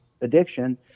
addiction